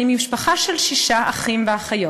אני ממשפחה של שישה אחים ואחיות.